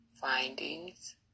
findings